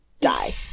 die